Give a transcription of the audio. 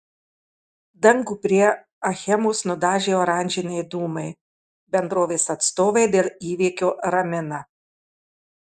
dangų prie achemos nudažė oranžiniai dūmai bendrovės atstovai dėl įvykio ramina